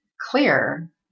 clear